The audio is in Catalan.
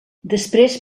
després